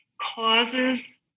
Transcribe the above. causes